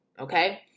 okay